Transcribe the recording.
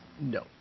No